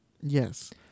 yes